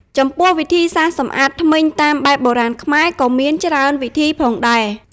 ចំពោះវិធីសាស្រ្តសម្អាតធ្មេញតាមបែបបុរាណខ្មែរ ក៏មានច្រើនវិធីផងដែរ។